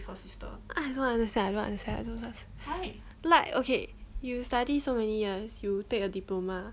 I don't understand I don't understand like okay you study so many years you take a diploma